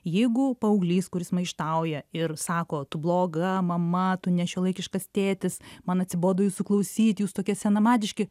jeigu paauglys kuris maištauja ir sako tu bloga mama tu nešiuolaikiškas tėtis man atsibodo jūsų klausyti jūs tokie senamadiški